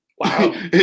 Wow